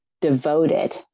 devoted